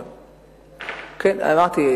כן, אמרתי.